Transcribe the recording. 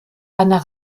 einer